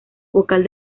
vocal